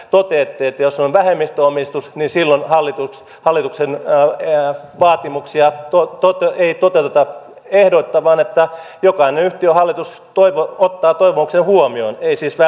toteatte että jos on vähemmistöomistus silloin hallituksen vaatimuksia ei toteuteta ehdoitta vaan jokainen yhtiön hallitus ottaa toivomuksen huomioon ei siis välttämättä toteuta